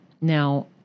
Now